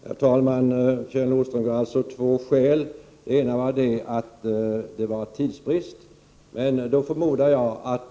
Herr talman! Kjell Nordström gav två skäl. Det ena var att det förelåg tidsbrist.